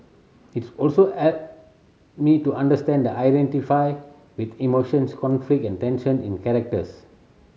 its also me to understand the identify with emotions conflict and tension in characters